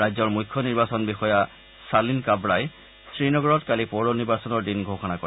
ৰাজ্যৰ মুখ্য নিৰ্বাচন বিষয়া ছালিন কাৱাই শ্ৰীনগৰত কালি পৌৰ নিৰ্বাচনৰ দিন ঘোষণা কৰে